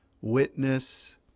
witness